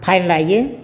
fine लायो